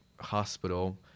hospital